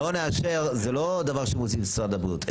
אם אנחנו כרגע לא נאשר זה לא דבר שמוציא משרד הבריאות.